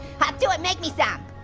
hop to it, make me some.